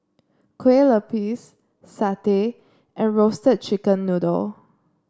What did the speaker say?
Kue Lupis satay and Roasted Chicken Noodle